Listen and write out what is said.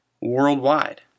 worldwide